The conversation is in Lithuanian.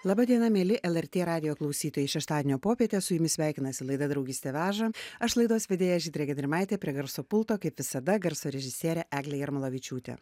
laba diena mieli lrt radijo klausytojai šeštadienio popietę su jumis sveikinasi laida draugystė veža aš laidos vedėja žydrė gedrimaitė prie garso pulto kaip visada garso režisierė eglė jarmolavičiūtė